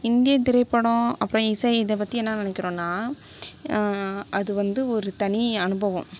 இந்திய திரைப்படம் அப்புறம் இசை இதைப் பற்றி என்ன நினைக்கிறோனா அது வந்து ஒரு தனி அனுபவம்